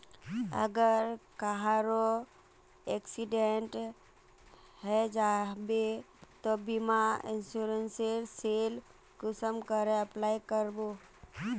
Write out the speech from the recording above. अगर कहारो एक्सीडेंट है जाहा बे तो बीमा इंश्योरेंस सेल कुंसम करे अप्लाई कर बो?